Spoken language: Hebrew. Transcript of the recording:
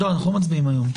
אנחנו לא מצביעים היום.